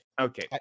okay